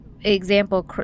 example